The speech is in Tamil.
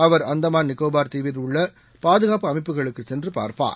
அவர் அந்தமாள் நிக்கோபார் தீவில் உள்ள பாதுகாப்பு அமைப்புகளுக்கு சென்று பார்ப்பார்